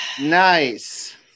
Nice